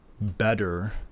better